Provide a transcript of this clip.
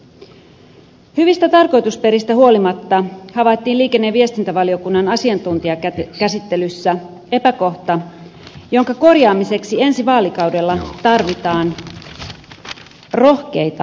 hyvistä tarkoitusperistä huolimatta havaittiin liikenne ja viestintävaliokunnan asiantuntijakäsittelyssä epäkohta jonka korjaamiseksi ensi vaalikaudella tarvitaan rohkeita toimenpiteitä